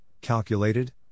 calculated